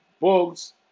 Bugs